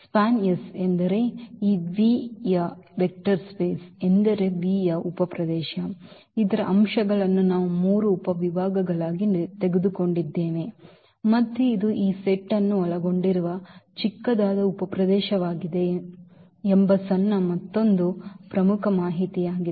SPAN ಎಂದರೆ ಈ V ಯ ವೆಕ್ಟರ್ ಸ್ಪೇಸ್ ಎಂದರೆ V ಯ ಉಪಪ್ರದೇಶ ಇದರ ಅಂಶಗಳನ್ನು ನಾವು ಮೂರು ಉಪವಿಭಾಗಗಳಾಗಿ ತೆಗೆದುಕೊಂಡಿದ್ದೇವೆ ಮತ್ತು ಇದು ಈ ಸೆಟ್ ಅನ್ನು ಒಳಗೊಂಡಿರುವ ಚಿಕ್ಕದಾದ ಉಪಪ್ರದೇಶವಾಗಿದೆ ಎಂಬ ಸಣ್ಣ ಮತ್ತೊಂದು ಪ್ರಮುಖ ಮಾಹಿತಿಯಾಗಿದೆ